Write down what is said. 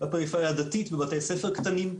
בפריפריה הדתית בבתי ספר קטנים.